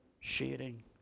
sharing